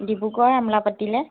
Dibrugarh আমোলাপটিলৈ